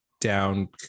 down